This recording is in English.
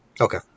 Okay